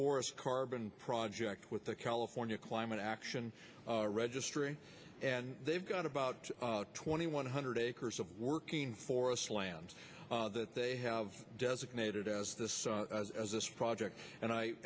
forest carbon project with the california climate action registry and they've got about twenty one hundred acres of working forest land that they have designated as this as this project and i